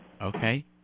Okay